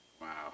wow